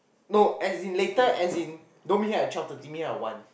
no and in later as in no meet her at twelve thirty meet her at one